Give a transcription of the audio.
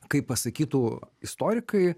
kaip pasakytų istorikai